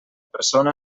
persona